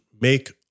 make